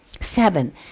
Seven